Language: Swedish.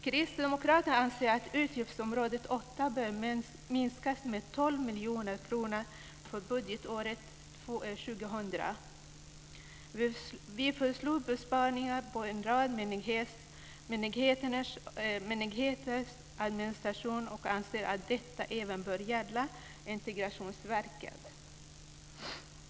Kristdemokraterna anser att utgiftsområdet bör minskas med 12 miljoner kronor för budgetåret 2000. Vi föreslår besparingar inom en rad myndigheters administration och anser att detta även bör gälla Integrationsverket.